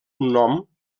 nom